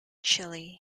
chilli